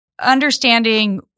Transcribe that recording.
Understanding